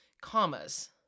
Commas